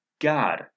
God